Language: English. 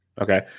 Okay